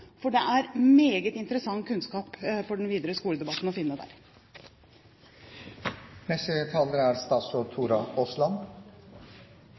for det er meget interessant kunnskap for den videre skoledebatten å finne der.